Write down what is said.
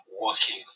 working